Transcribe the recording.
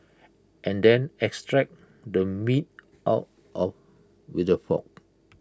and then extract the meat out of with A fork